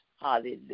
hallelujah